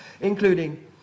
including